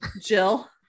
Jill